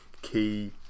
Key